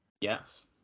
Yes